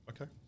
Okay